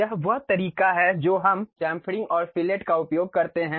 यह वह तरीका है जो हम चैम्फरिंग और फिलेट का उपयोग करते हैं